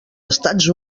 estats